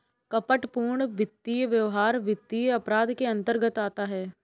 कपटपूर्ण वित्तीय व्यवहार वित्तीय अपराध के अंतर्गत आता है